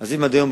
אז אם עד היום,